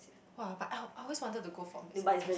!wah! but I I always wanted to go for musicals